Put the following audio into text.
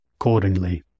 accordingly